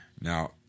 Now